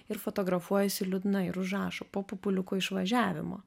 ir fotografuojasi liūdna ir užrašo po pupuliuko išvažiavimo